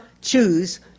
choose